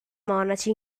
monaci